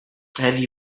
heavy